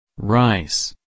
Rice